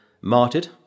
martyred